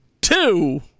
two